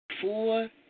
Four